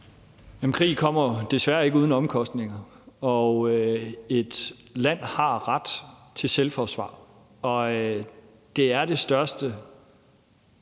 Krig kommer desværre ikke uden omkostninger, og et land har ret til selvforsvar. Det er det største